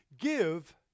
Give